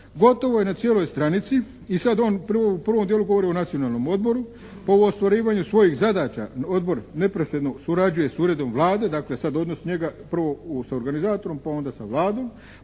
gotovo je na cijeloj stranici. I sad on prvo, u prvom dijelu govori o nacionalnom odboru. Po ostvarivanju svojih zadaća Odbor … /Govornik se ne razumije./ … surađuje s uredom Vlade. Dakle sad odnos njega prvo s organizatorom pa onda sa Vladom.